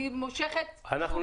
אני מושכת את כל